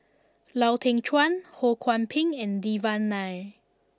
Lau Teng Chuan Ho Kwon Ping and Devan Nair